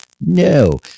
No